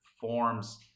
forms